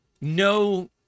no